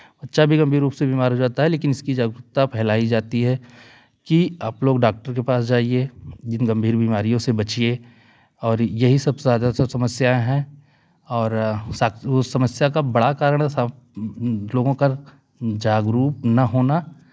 बच्चा भी गंभीर रूप से बीमार हो जाता है लेकिन इसकी जागरूकता फैलाई जाती है कि आप लोग डॉक्टर के पास जाएं जिन गंभीर बीमारियों से बचिए और यही सब ज्यादा से समस्याएँ हैं और उस समस्या का बड़ा कारण सब लोगों का जागरुक ना होना